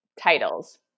titles